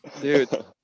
dude